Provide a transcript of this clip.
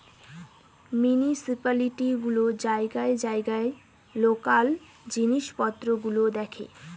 municipality গুলো জায়গায় জায়গায় লোকাল জিনিস পত্র গুলো দেখে